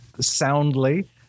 soundly